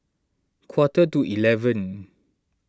quarter to eleven